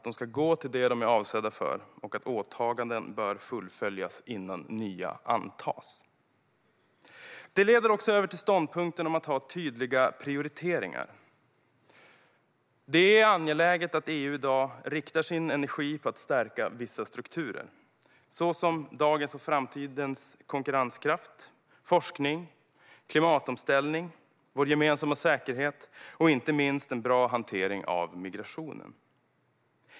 De ska gå till det de är avsedda för, och åtaganden bör fullföljas innan nya görs. Det leder över till ståndpunkten om att ha tydliga prioriteringar. Det är angeläget att EU i dag riktar sin energi mot att stärka vissa strukturer, såsom dagens och framtidens konkurrenskraft, forskning, klimatomställning, vår gemensamma säkerhet och inte minst en bra hantering av migrationen.